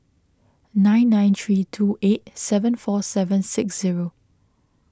nine nine three two eight seven four seven six zero